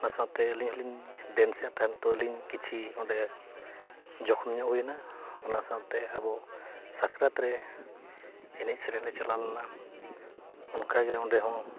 ᱚᱱᱟ ᱥᱟᱶᱛᱮ ᱟᱹᱞᱤᱧ ᱦᱚᱸᱞᱤᱧ ᱰᱮᱱᱥᱮᱜ ᱛᱟᱦᱮᱱ ᱛᱳ ᱟᱹᱞᱤᱧ ᱠᱤᱪᱷᱤ ᱚᱸᱰᱮ ᱡᱚᱠᱷᱚᱢ ᱧᱚᱜ ᱦᱩᱭᱱᱟ ᱚᱱᱟ ᱥᱟᱶᱛᱮ ᱟᱵᱚ ᱥᱟᱠᱨᱟᱛ ᱨᱮ ᱮᱱᱮᱡ ᱥᱮᱨᱮᱧ ᱞᱮ ᱪᱟᱞᱟᱣ ᱞᱮᱱᱟ ᱚᱱᱠᱟᱜᱮ ᱚᱸᱰᱮ ᱦᱚᱸ